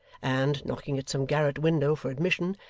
and, knocking at some garret window for admission,